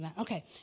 Okay